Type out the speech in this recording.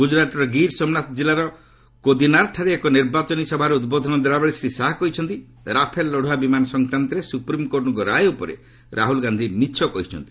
ଗୁଜରାଟର ଗିର୍ ସୋମନାଥ ଜିଲ୍ଲାର କୋଦିନାର୍ଠାରେ ଏକ ନିର୍ବାଚନୀ ସଭାରେ ଉଦ୍ବୋଧନ ଦେଲାବେଳେ ଶ୍ରୀ ଶାହା କହିଛନ୍ତି ରାଫେଲ ଲଢୁଆ ବିମାନ ସଂକ୍ରାନ୍ତରେ ସୁପ୍ରିମକୋର୍ଟଙ୍କ ରାୟ ଉପରେ ରାହୁଲ ଗାନ୍ଧି ମିଛ କହିଛନ୍ତି